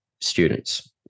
students